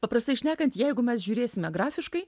paprastai šnekant jeigu mes žiūrėsime grafiškai